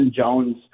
Jones